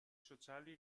sociali